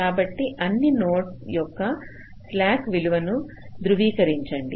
కాబట్టి అన్ని నోడ్ల యొక్క స్లాక్ విలువను ధృవీకరించండి